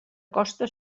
costa